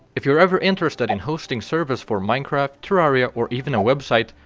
if you're ever interested in hosting servers for minecraft, terraria or even a website,